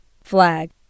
Flag